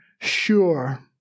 sure